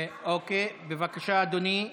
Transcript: בבקשה, אדוני,